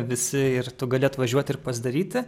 visi ir tu gali atvažiuoti ir pasidaryti